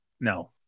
no